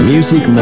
Music